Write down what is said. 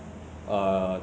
somewhere in january